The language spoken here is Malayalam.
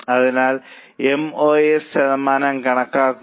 അതിനാൽ എം ഓ എസ് ശതമാനം കണക്കാക്കുക